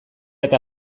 eta